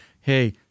hey